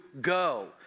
Go